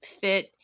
fit